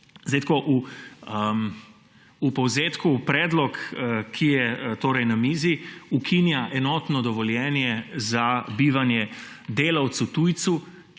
V povzetku predlog, ki je na mizi, ukinja enotno dovoljenje za bivanje delavcu tujcu,